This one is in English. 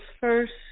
first